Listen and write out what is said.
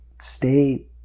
stay